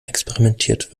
experimentiert